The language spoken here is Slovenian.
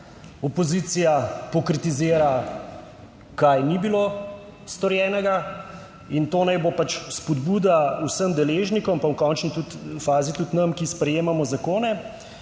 Opozicija pokritizira kaj ni bilo storjenega in to naj bo pač spodbuda vsem deležnikom pa v končni fazi tudi nam, ki sprejemamo zakone,